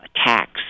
attacks